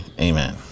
amen